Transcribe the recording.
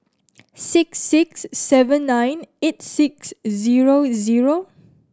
six six seven nine eight six zero zero